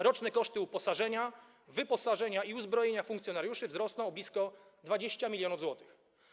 Roczne koszty uposażenia, wyposażenia i uzbrojenia funkcjonariuszy wzrosną o blisko 20 mln zł.